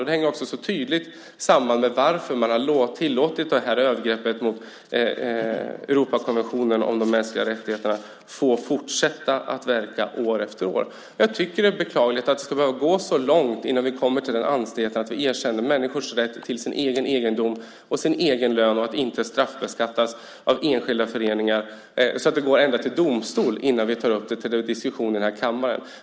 Det hänger också tydligt samman med varför man har tillåtit det här övergreppet mot Europakonventionen om de mänskliga rättigheterna att pågå år efter år. Jag tycker att det är beklagligt att det ska behöva gå så långt innan vi kommer till den anständigheten att vi erkänner människors rätt till sin egen egendom och sin egen lön och att inte straffbeskattas av enskilda föreningar. Det borde inte behöva gå ända till domstol innan vi tar upp det till diskussion i den här kammaren.